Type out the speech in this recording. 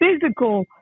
physical